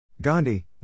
Gandhi